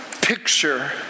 picture